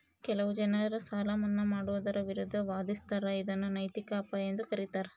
ಕೆಲವು ಜನರು ಸಾಲ ಮನ್ನಾ ಮಾಡುವುದರ ವಿರುದ್ಧ ವಾದಿಸ್ತರ ಇದನ್ನು ನೈತಿಕ ಅಪಾಯ ಎಂದು ಕರೀತಾರ